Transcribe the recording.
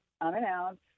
unannounced